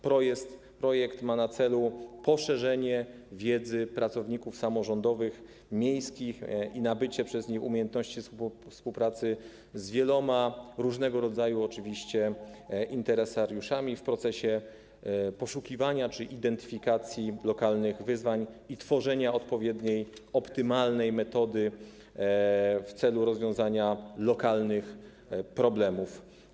Projekt ma na celu poszerzenie wiedzy pracowników samorządowych miejskich i nabycie przez nich umiejętności współpracy z wieloma różnego rodzaju interesariuszami w procesie poszukiwania czy identyfikacji lokalnych wyzwań i tworzenia odpowiedniej, optymalnej metody w celu rozwiązywania lokalnych problemów.